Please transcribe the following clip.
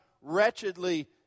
wretchedly